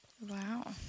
Wow